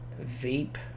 vape